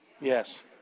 Yes